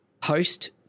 post